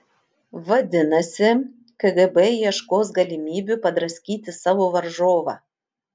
vadinasi kgb ieškos galimybių padraskyti savo varžovą